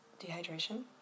Dehydration